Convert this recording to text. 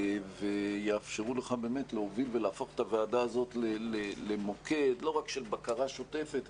והם יאפשרו לך להוביל ולהפוך את הוועדה הזאת למוקד לא רק של בקרה שוטפת,